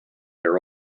her